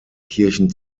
kirchen